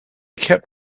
kept